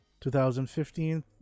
2015